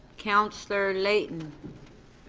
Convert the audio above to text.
councillor layton.